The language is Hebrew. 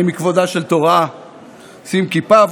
אני, מכבודה של תורה אשים כיפה.